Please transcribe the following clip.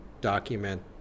document